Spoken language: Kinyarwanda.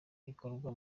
rikorwa